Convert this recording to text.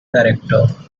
director